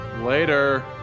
Later